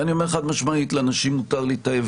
אני אומר חד-משמעית: לאנשים מותר להתאהב